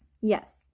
yes